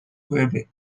quebec